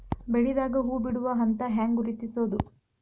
ಬೆಳಿದಾಗ ಹೂ ಬಿಡುವ ಹಂತ ಹ್ಯಾಂಗ್ ಗುರುತಿಸೋದು?